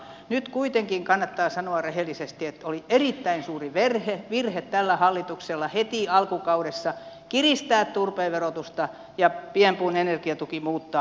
nyt kuitenkin kannattaa sanoa rehellisesti että oli erittäin suuri virhe tältä hallitukselta heti alkukaudella kiristää turpeen verotusta ja pienpuun energiatuki muuttaa